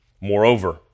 Moreover